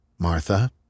Martha